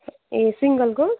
ए सिङ्गलको